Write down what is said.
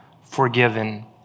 forgiven